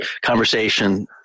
conversation